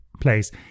place